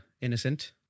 innocent